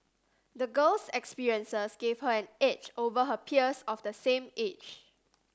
the girl's experiences gave her an edge over her peers of the same age